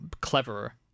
cleverer